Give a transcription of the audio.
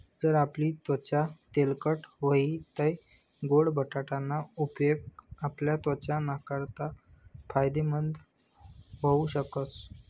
जर आपली त्वचा तेलकट व्हयी तै गोड बटाटा ना उपेग आपला त्वचा नाकारता फायदेमंद व्हऊ शकस